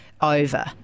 over